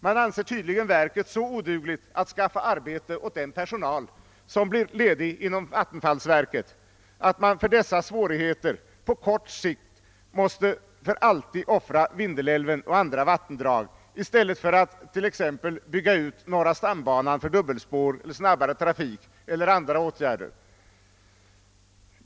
Man anser tydligen verket så odugligt till att skaffa arbete åt den personal som blir ledig inom vattenfallsverket, att man för dessa svårigheter på kort tid måste för alltid offra Vindelälven och andra vattendrag i stället för att t.ex. bygga ut norra stambanan för dubbelspår eller snabbare trafik och andra åtgärder.